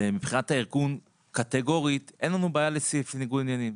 מבחינת הארגון קטגורית אין לנו בעיה לסעיף ניגוד העניינים,